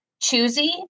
choosy